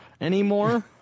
anymore